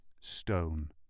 Stone